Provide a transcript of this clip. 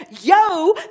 yo